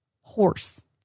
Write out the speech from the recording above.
Horse